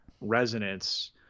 resonance